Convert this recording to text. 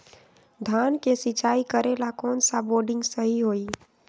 धान के सिचाई करे ला कौन सा बोर्डिंग सही होई?